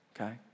okay